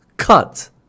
cut